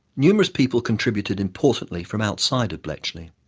numerous people contributed importantly from outside of bletchley.